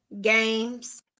games